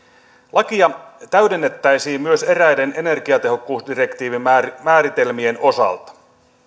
lakia täydennettäisiin myös eräiden energiatehokkuusdirektiivin määritelmien osalta